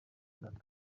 atatu